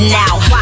now